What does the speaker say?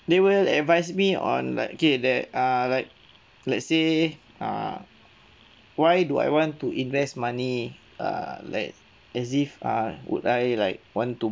they will advise me on like okay they err like let's say uh why do I want to invest money err like as if uh would I like want to